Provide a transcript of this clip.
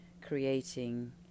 creating